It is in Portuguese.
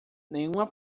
nenhuma